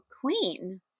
Queen